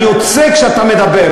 אני יוצא כשאתה מדבר,